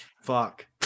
fuck